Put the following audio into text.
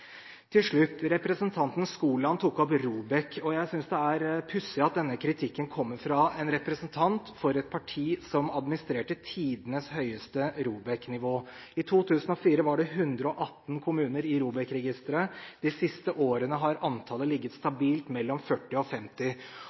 Til slutt: Representanten Skoland tok opp dette med ROBEK. Jeg synes det er pussig at denne kritikken kommer fra en representant for et parti som administrerte tidenes høyeste ROBEK-nivå. I 2004 var det 118 kommuner i ROBEK-registeret. De siste årene har antallet vært stabilt, på mellom 40 og 50.